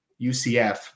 UCF